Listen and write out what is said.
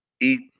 eat